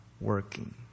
working